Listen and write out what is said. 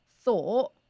thought